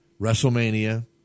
WrestleMania